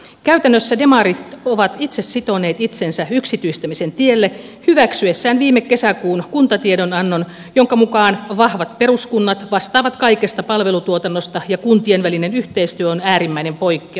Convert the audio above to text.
käytännössä demarit ovat itse sitoneet itsensä yksityistämisen tielle hyväksyessään viime kesäkuun kuntatiedonannon jonka mukaan vahvat peruskunnat vastaavat kaikesta palvelutuotannosta ja kuntien välinen yhteistyö on äärimmäinen poikkeus